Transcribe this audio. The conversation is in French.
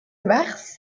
mars